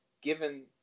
given